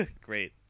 great